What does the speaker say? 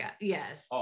Yes